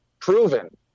proven